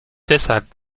deshalb